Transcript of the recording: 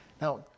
Now